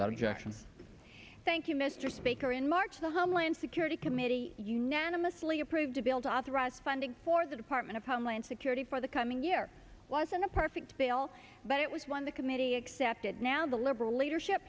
jackson thank you mr speaker in march the homeland security committee unanimously approved a bill to authorize funding for the department of homeland security for the coming year wasn't a perfect bill but it was one the committee accepted now the liberal leadership